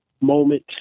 moment